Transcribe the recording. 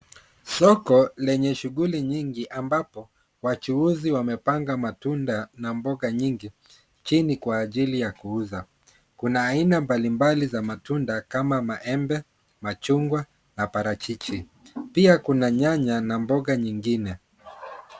Soko lenye shughuli nyinginambapo wachuuzi wamepanga matunda na mboga nyingi chini kwa ajili ya kuuza. Kuna aina mbalimbali za matunda kama maembe, machungwa na parachichi. Pia kuna nyanya na mboga nyingine.